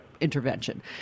intervention